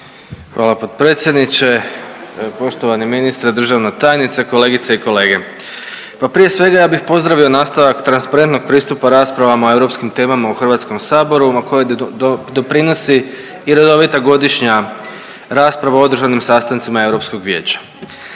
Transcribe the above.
Hvala potpredsjedniče. Poštovani ministre, državna tajnice, kolegice i kolege, pa prije svega ja bih pozdravio nastavak transparentnog pristupa raspravama o europskim temama u Hrvatskom saboru, a koje doprinosi i redovita godišnja rasprava o održanim sastancima Europskog vijeća.